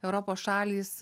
europos šalys